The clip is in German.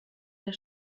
der